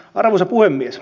arvoisa puhemies